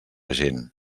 gent